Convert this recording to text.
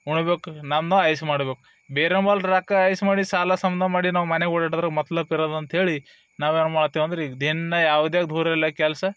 ಉಣ್ಬೇಕು ನಮ್ದು ಐಶ್ ಮಾಡ್ಬೇಕು ಬೇರೆಂಬಲ್ಲಿ ರೊಕ್ಕ ಐಶ್ ಮಾಡಿ ಸಾಲ ಸಮ್ದ ಮಾಡಿ ನಾವು ಮನೆಗೆ ಓಡಾಡಿದ್ರೆ ಮತ್ಲಬ್ ಇರಲ್ಲ ಅಂತ ಹೇಳಿ ನಾವೇ್ನು ಮಾಡ್ತೀವ್ ಅಂದ್ರೆ ದಿನಾ ಯಾವುದೇ ದೂರಿರಲಿ ಕೆಲಸ